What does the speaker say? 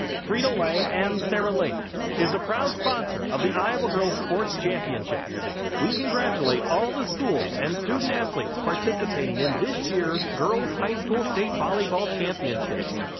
frito-lay and sara lee is a proud sponsor of the iowa girls sports championships we congratulate all of the schools and student athletes participating in this year's girls high school state volleyball championships.